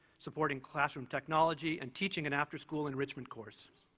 supporting classroom technology and teaching an after school enrichment course.